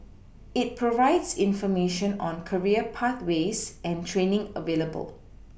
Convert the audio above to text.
it provides information on career pathways and training available